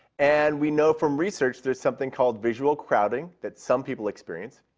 and we know from research there's something called visual crowding that some people experience.